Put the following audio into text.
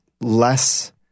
less